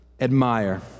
admire